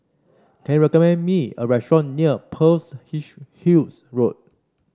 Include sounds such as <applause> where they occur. can you recommend me a restaurant near Pearl's <unintelligible> Hills Road